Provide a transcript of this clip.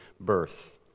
birth